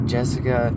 Jessica